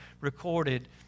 recorded